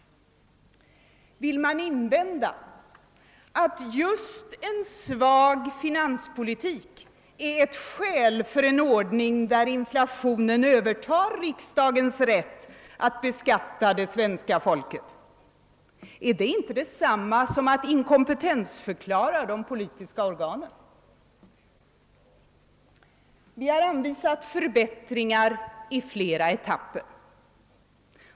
Vill man invända att just en svag finanspolitik är ett skäl för en ordning där inflationen övertar riksdagens rätt att beskatta svenska folket — är det inte detsamma som att inkompetensförklara de politiska organen? Vi har anvisat förbättringar i flera etapper.